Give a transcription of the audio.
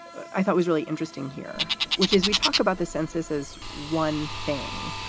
i thought was really interesting here, which is we talk about the census is one thing,